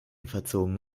verzogen